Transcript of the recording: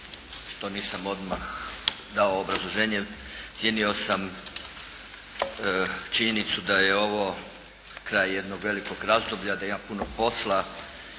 što nisam odmah dao obrazloženje. Cijenio sam činjenicu da je ovo kraj jednog velikog razdoblja, da ima puno posla